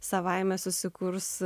savaime susikurs